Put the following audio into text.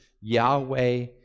yahweh